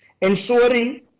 ensuring